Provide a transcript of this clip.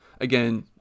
Again